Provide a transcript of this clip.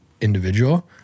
individual